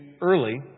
early